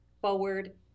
forward